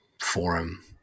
forum